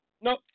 No